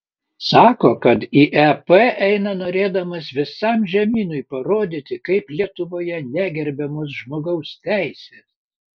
sako kad į ep eina norėdamas visam žemynui parodyti kaip lietuvoje negerbiamos žmogaus teisės